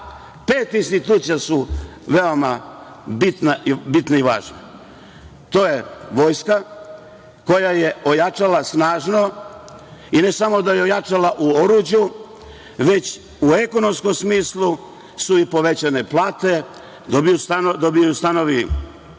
pet institucija su veoma bitne i važne. To je vojska, koja je ojačala snažno, i ne samo da je ojačala u oruđu, već u ekonomskom smislu su i povećane plate, dobijaju stanove